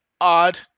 odd